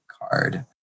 card